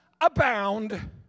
abound